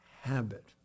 Habit